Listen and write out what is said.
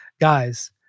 guys